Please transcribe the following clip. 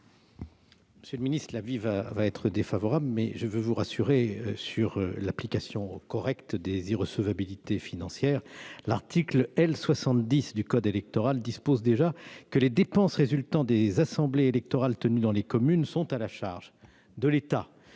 Monsieur le secrétaire d'État, cet avis sera défavorable, mais je veux vous rassurer sur l'application correcte des règles d'irrecevabilité financière. En effet, l'article L. 70 du code électoral dispose déjà ceci :« Les dépenses résultant des assemblées électorales tenues dans les communes sont à la charge de l'État.